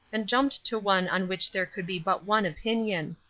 and jumped to one on which there could be but one opinion.